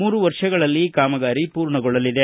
ಮೂರು ವರ್ಷಗಳಲ್ಲಿ ಕಾಮಗಾರಿ ಪೂರ್ಣಗೊಳ್ಳಲಿದೆ